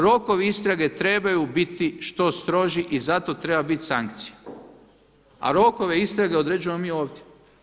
Rokovi istrage trebaju biti što stroži i zato treba bit sankcija, a rokove istrage određujemo mi ovdje.